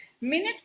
Minute